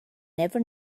never